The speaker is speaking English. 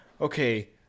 okay